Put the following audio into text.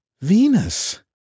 Venus